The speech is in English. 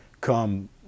come